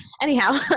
Anyhow